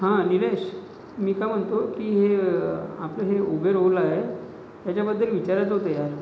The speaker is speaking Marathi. हां निलेश मी काय म्हनतो की हे आपलं हे उबेर ओला आहे ह्याच्याबद्दल विचारायचं होतं यार